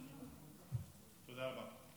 תודה.